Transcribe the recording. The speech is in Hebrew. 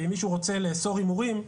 ואם מישהו רוצה לאסור הימורים,